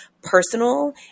personal